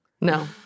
No